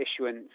issuance